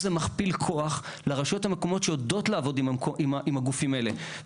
אתוס שעליו מושתת המדינה,